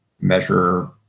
measure